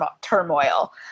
turmoil